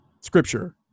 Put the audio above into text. scripture